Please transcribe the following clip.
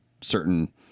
certain